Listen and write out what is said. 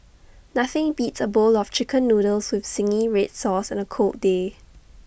nothing beats A bowl of Chicken Noodles with Zingy Red Sauce on A cold day